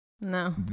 No